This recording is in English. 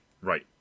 right